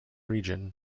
region